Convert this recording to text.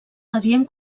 havien